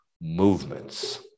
movements